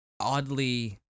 oddly